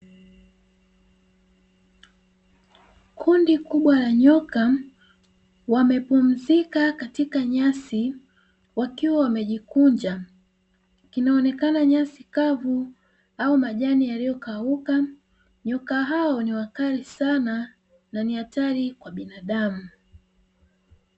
Kundi kubwa la nyoka wamepumzika katika nyasi wakiwa wamejikunja, inaonekana nyasi kavu au majani yaliyokauka, nyoka hao niwakali sana na hatari kwa binadamu.